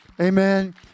Amen